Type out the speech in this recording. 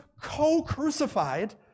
co-crucified